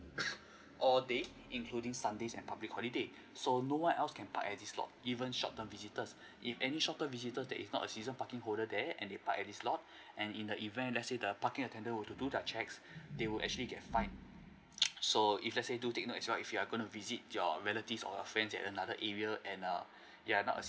all day including sundays and public holiday so no one else can park at this lot even short term visitors if any short term visitor that is not a season parking holder there and they parked at this lot and in the event let's say the parking attender were to do the checks they will actually get fine so if let's say do take note as well if you're gonna visit your relatives or friends that is another area and err they are not